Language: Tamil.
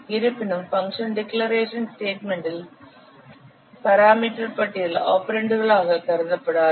இருப்பினும் பங்க்ஷன் டிக்கிளரேஷன் ஸ்டேட்மெண்டில் பராமீட்டர் பட்டியல் ஆபரெண்டுகளாக கருதப்படாது